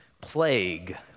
plague